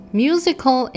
musical